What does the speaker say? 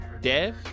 Dev